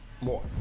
More